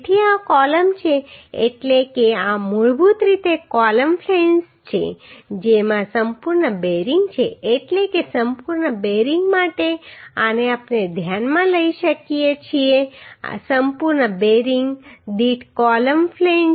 તેથી આ કૉલમ્સ છે એટલે કે આ મૂળભૂત રીતે કૉલમ ફ્લેંજ્સ છે જેમાં સંપૂર્ણ બેરિંગ છે એટલે કે સંપૂર્ણ બેરિંગ માટે આને આપણે ધ્યાનમાં લઈ શકીએ છીએ સંપૂર્ણ બેરિંગ દીઠ કૉલમ ફ્લેંજ